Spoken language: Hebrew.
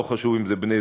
לא חשוב אם זה בני-זוג,